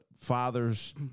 father's